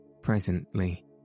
presently